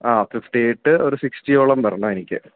ആ fifty eight ഒരു സിസ്റ്റിയോളം വരണം എനിക്ക്